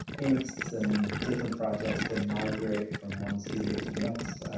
inks and different projects can migrate from one studio to the next.